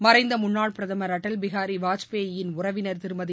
மறைந்த முன்னாள் பிரதம் அடல் பிஹார் வாஜ்பாயின் உறவினர் திருமதி